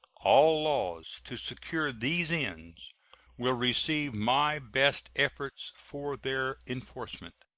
all laws to secure these ends will receive my best efforts for their enforcement.